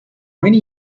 many